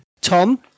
Tom